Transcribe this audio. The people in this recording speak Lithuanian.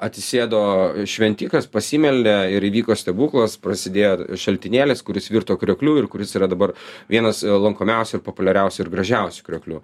atsisėdo šventikas pasimeldė ir įvyko stebuklas prasidėjo šaltinėlis kuris virto kriokliu ir kuris yra dabar vienas lankomiausių ir populiariausių ir gražiausių krioklių